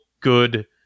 good